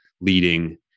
leading